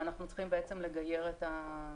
ואנחנו צריכים בעצם לגייר את הנתונים.